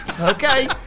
Okay